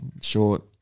short